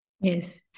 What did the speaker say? Yes